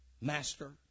Master